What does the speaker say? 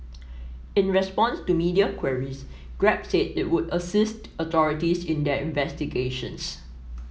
in response to media queries Grab said it would assist authorities in their investigations